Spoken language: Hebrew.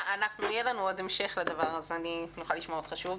יהיה לנו עוד המשך אז נוכל לשמוע אותך שוב.